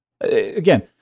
again